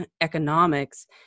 economics